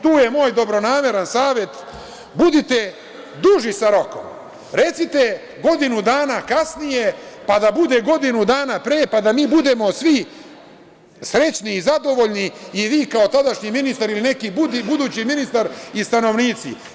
Tu je moj dobronamerni savet – budite duži sa rokom, recite godinu dana kasnije, pa da bude godinu dana pre, pa da mi budemo svi srećni i zadovoljni, i vi kao tadašnji ministar ili neki budući ministar i stanovnici.